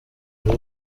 ubu